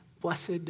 Blessed